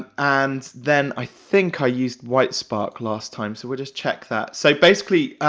and then i think i used whitespark last time, so we'll just check that. so basically,